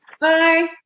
Bye